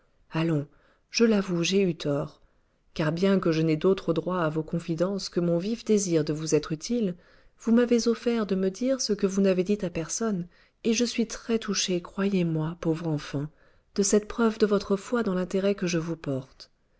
allons je l'avoue j'ai eu tort car bien que je n'aie d'autre droit à vos confidences que mon vif désir de vous être utile vous m'avez offert de me dire ce que vous n'avez dit à personne et je suis très touchée croyez-moi pauvre enfant de cette preuve de votre foi dans l'intérêt que je vous porte